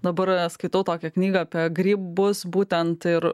dabar skaitau tokią knygą apie grybus būtent ir